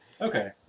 Okay